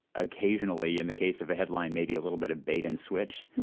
occasionally in the case of a headline, maybe a little bit of bait and switch,